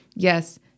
Yes